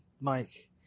Mike